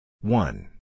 One